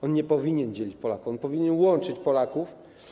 On nie powinien dzielić, on powinien łączyć Polaków.